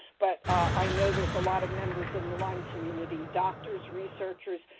but i know there's a lot of members in the lyme community-doctors, researchers,